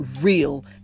real